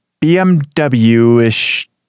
BMW-ish